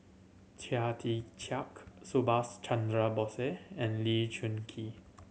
Chia Tee Chiak Subhas Chandra Bose and Lee Choon Kee